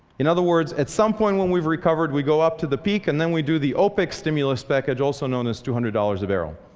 in other words at some point when we've recovered we go up to the peak. and then we do the opec stimulus package also known as two hundred dollars a barrel.